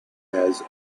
has